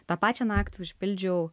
tą pačią naktį užpildžiau